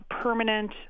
permanent